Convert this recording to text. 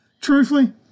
Truthfully